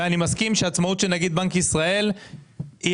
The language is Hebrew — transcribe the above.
ואני מסכים שהעצמאות של נגיד בנק ישראל היא